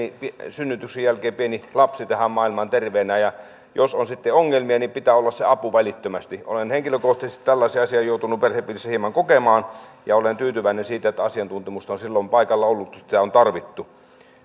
synnytyksen jälkeen pieni lapsi tähän maailmaan terveinä ja jos on sitten ongelmia niin pitää olla se apu välittömästi olen henkilökohtaisesti tällaisen asian joutunut perhepiirissä hieman kokemaan ja olen tyytyväinen siitä että asiantuntemusta on silloin paikalla ollut kun sitä on tarvittu